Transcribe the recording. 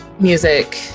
music